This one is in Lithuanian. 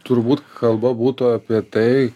turbūt kalba būtų apie tai